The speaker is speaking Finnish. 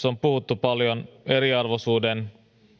on puhuttu paljon eriarvoisuuden